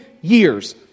years